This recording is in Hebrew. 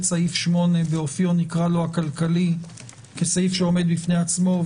סעיף 8 באופיו הכלכלי כסעיף שעומד בפני עצמו,